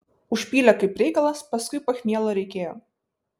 užpylė kaip reikalas paskui pachmielo reikėjo